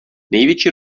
největší